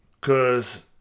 Cause